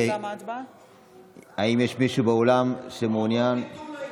כמו ביטול ההתנתקות,